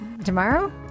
Tomorrow